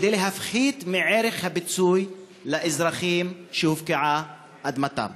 כדי להפחית מערך הפיצוי לאזרחים שהופקעה אדמתם.